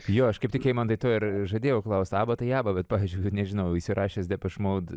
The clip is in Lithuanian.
jo aš kaip tik eimantai to ir žadėjau klaust aba tai aba bet pavyzdžiui nežinau įsirašęs depeš mod